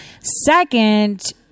Second